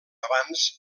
abans